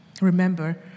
remember